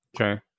Okay